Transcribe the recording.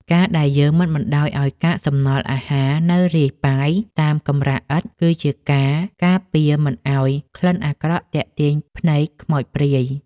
ការដែលយើងមិនបណ្តោយឱ្យកាកសំណល់អាហារនៅរាយប៉ាយតាមកម្រាលឥដ្ឋ គឺជាការការពារមិនឱ្យមានក្លិនអាក្រក់ទាក់ទាញភ្នែកខ្មោចព្រាយ។